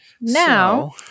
now